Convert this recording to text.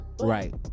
Right